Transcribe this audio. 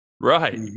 Right